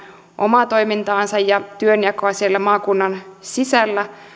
omaa toimintaansa ja työnjakoa siellä maakunnan sisällä